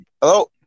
Hello